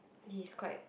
he is quite